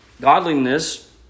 Godliness